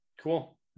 Cool